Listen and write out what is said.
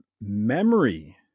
memory